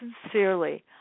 sincerely